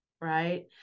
right